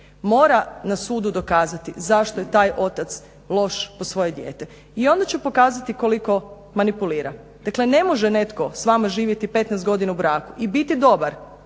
mora na sudu dokazati zašto je taj otac loš po svoje dijete i onda će pokazati koliko manipulira. Dakle ne može netko s vama živjeti 15 godina u braku i biti dobar